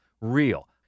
real